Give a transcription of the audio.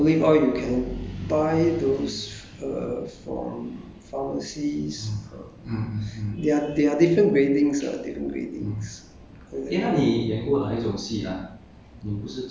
yeah uhh you like if you want to remove olive oil you can buy those uh from pharmacies uh they're they're different gradings lah different gradings